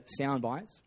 soundbites